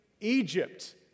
Egypt